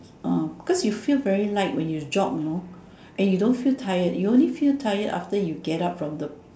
orh cause you feel very light when you jog know and you don't feel tired you only feel tired after you get up from the